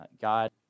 God